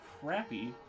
crappy